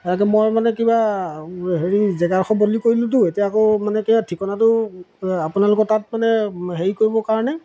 তেনেকৈ মই মানে কিবা হেৰি জেগাডখৰ বদলি কৰিলোঁতো এতিয়া আকৌ মানে কে ঠিকনাটো আপোনালোকৰ তাত মানে হেৰি কৰিবৰ কাৰণে